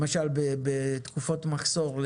למשל בתקופות מחסור,